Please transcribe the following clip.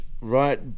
right